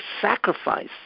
sacrifice